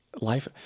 life